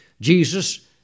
Jesus